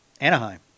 Anaheim